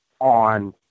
on –